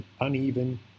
uneven